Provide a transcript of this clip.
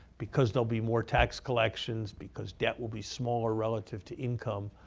because there'll be more tax collections, because debt will be smaller relative to income,